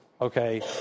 Okay